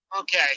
Okay